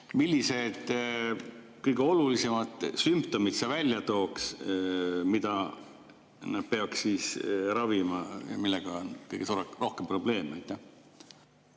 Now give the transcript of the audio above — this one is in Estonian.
millised kõige olulisemad sümptomid sa välja tooksid, mida peaks ravima, millega on kõige rohkem probleeme.